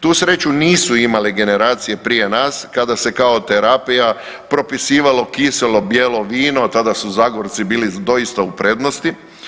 Tu sreću nisu imale generacije prije nas kada se kao terapija propisivalo kiselo bijelo vino, tada su Zagorci bili doista u prednosti.